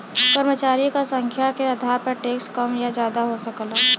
कर्मचारी क संख्या के आधार पर टैक्स कम या जादा हो सकला